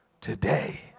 today